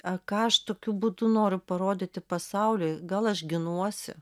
a ką aš tokiu būdu noriu parodyti pasauliui gal aš ginuosi